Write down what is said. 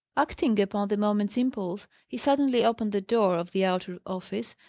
acting upon the moment's impulse, he suddenly opened the door of the outer office,